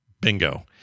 bingo